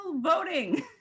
voting